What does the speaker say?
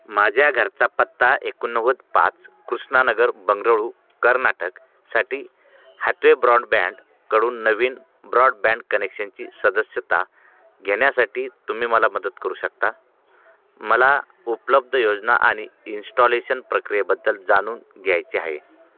माझ्या घरचा पत्ता एकोणनव्वद पाच कृष्णानगर बंगळुरू कर्नाटकसाठी हातवे ब्रॉडबँडकडून नवीन ब्रॉडबँड कनेक्शनची सदस्यता घेण्यासाठी तुम्ही मला मदत करू शकता मला उपलब्ध योजना आणि इन्स्टॉलेशन प्रक्रियाबद्दल जाणून घ्यायचे आहे